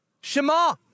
Shema